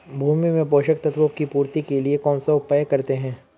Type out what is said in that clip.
भूमि में पोषक तत्वों की पूर्ति के लिए कौनसा उपाय करते हैं?